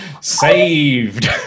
Saved